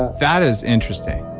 that is interesting